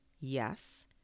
yes